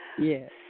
Yes